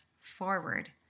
forward